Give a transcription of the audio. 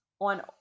on